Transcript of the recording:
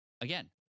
again